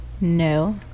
no